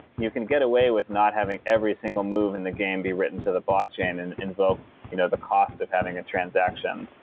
you can get away with not having every single move in the game be written to the blockchain and invoke you know the cost of having a transaction.